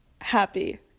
happy